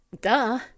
Duh